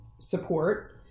support